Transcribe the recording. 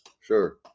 Sure